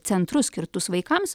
centrus skirtus vaikams